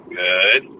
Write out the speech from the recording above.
good